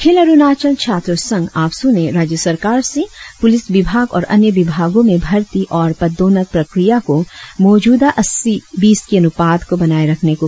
अखिल अरुणाचल छात्र संघ आपसू ने राज्य सरकार से पुलिस विभाग और अन्य विभागों में भर्ती और पद्दोनत प्रक्रिया को मौजूदा अस्सी बीस की अनुपात को बनाए रखने को कहा